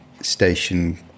station